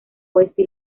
oeste